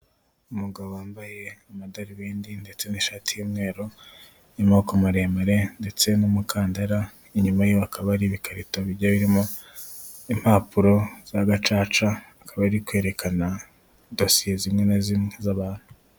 Umugabo wambaye amadarubindi ndetse n'ishati y'umweru y'amaboko maremare ndetse n'umukandara, inyuma ye hakaba hari ibikarito bigiye birimo impapuro za gacaca bakaba bari kwerekana dosiye zimwe na zimwe z'abantu.